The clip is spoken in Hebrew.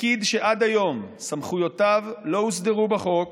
פקיד שעד היום סמכויותיו לא הוסדרו בחוק,